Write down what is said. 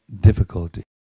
difficulty